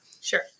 Sure